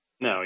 No